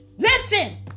Listen